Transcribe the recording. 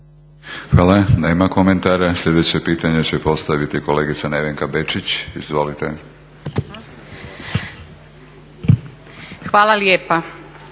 Hvala. Nema komentara. Sljedeće pitanje će postaviti kolegica Nevenka Bečić. Izvolite. **Bečić,